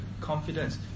confidence